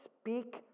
speak